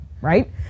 right